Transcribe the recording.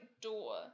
door